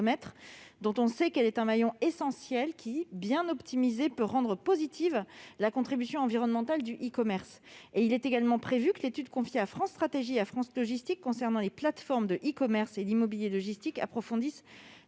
dont on sait qu'elle est un maillon essentiel, qui, bien optimisé, peut rendre positive la contribution environnementale du e-commerce. Il est également prévu que l'étude confiée à France Stratégie et à France Logistique concernant les plateformes de e-commerce et l'immobilier logistique approfondisse